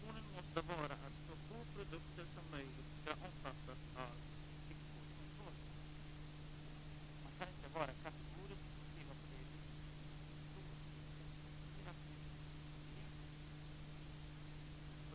Framför allt anser vi att säkerhetsaspekterna är otillräckligt belysta.